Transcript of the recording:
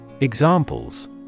Examples